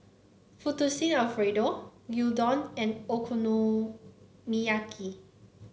Fettuccine Alfredo Gyudon and Okonomiyaki